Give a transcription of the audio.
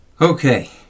Okay